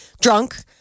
drunk